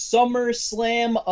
SummerSlam